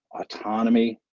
autonomy